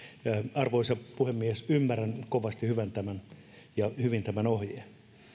arvoisa puhemies ymmärrän kovasti hyvin tämän ohjeen